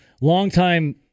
longtime